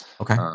Okay